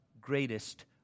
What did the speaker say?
greatest